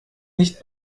nicht